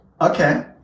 Okay